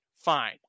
Fine